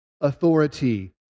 authority